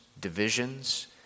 divisions